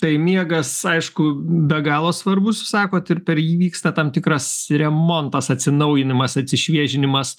tai miegas aišku be galo svarbus sakot ir per jį įvyksta tam tikras remontas atsinaujinimas atsišviežinimas